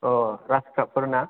अ ग्रासखापफोर ना